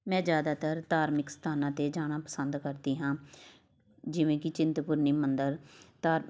ਮੈਂ ਜ਼ਿਆਦਾਤਰ ਧਾਰਮਿਕ ਸਥਾਨਾਂ 'ਤੇ ਜਾਣਾ ਪਸੰਦ ਕਰਦੀ ਹਾਂ ਜਿਵੇਂ ਕਿ ਚਿੰਤਪੁਰਨੀ ਮੰਦਰ ਤਾ